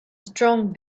strong